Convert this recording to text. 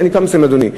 אני כבר מסיים, אדוני.